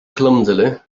clumsily